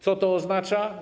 Co to oznacza?